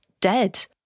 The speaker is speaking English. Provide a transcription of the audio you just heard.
dead